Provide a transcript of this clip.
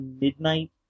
midnight